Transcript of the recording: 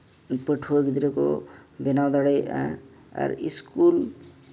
ᱯᱟᱹᱴᱷᱩᱣᱟᱹ ᱜᱤᱫᱽᱨᱟᱹ ᱠᱚ ᱵᱮᱱᱟᱣ ᱫᱟᱲᱮᱭᱟᱜᱼᱟ ᱟᱨ ᱤᱥᱠᱩᱞ